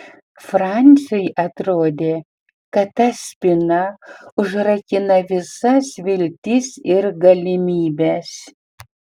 franciui atrodė kad ta spyna užrakina visas viltis ir galimybes